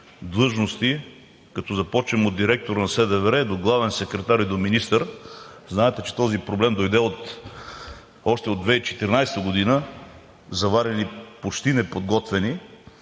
длъжности, като започнем от директор на СДВР до главен секретар и до министър. Знаете, че този проблем дойде още от 2014 г., завари ни почти неподготвени,